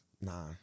Nah